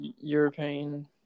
European